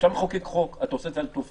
כשאתה מחוקק חוק, אתה עושה את זה על תופעה.